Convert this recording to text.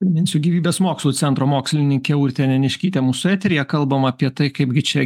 priminsiu gyvybės mokslų centro mokslininkė urtė neniškytė mūsų eteryje kalbam apie tai kaipgi čia